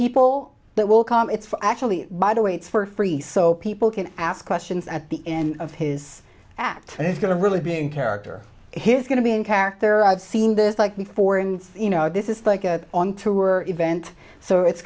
people that will come it's actually by the way it's for free so people can ask questions at the end of his act and he's going to really being character his going to be in character i've seen this like before and you know this is like a on tour event so it's